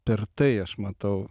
per tai aš matau